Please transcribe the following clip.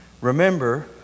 remember